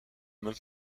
même